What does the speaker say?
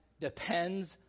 depends